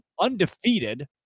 undefeated